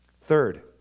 Third